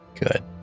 Good